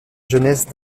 jeunesse